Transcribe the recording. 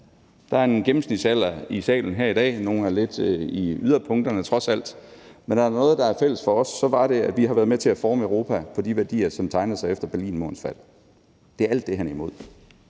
Der er en gennemsnitsalder i salen her i dag, og nogle er trods alt lidt i yderpunkterne, men er der noget, der er fælles for os, er det, at vi har været med til at forme Europa efter de værdier, som tegnede sig efter Berlinmurens fald. Det er alt det, som han er imod,